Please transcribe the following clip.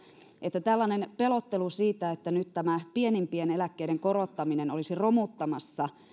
että tällainen pelottelu että nyt tämä pienimpien eläkkeiden korottaminen olisi romuttamassa